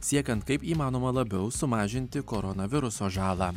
siekiant kaip įmanoma labiau sumažinti koronaviruso žalą